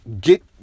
get